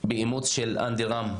באימוץ של אנדי רם.